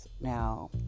Now